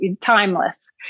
timeless